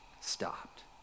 stopped